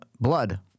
Blood